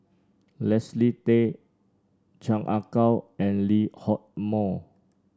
Leslie Tay Chan Ah Kow and Lee Hock Moh